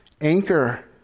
Anchor